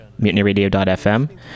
MutinyRadio.fm